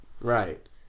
right